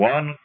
One